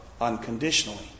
unconditionally